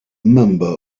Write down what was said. member